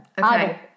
Okay